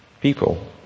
people